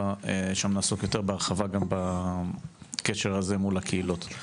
שם נעסוק יותר בהרחבה גם בקשר הזה מול הקהילות.